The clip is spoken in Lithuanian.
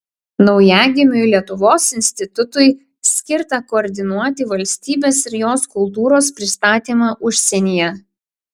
naujagimiui lietuvos institutui skirta koordinuoti valstybės ir jos kultūros pristatymą užsienyje